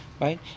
right